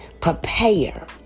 prepare